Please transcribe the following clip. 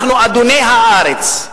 אנחנו אדוני הארץ,